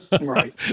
Right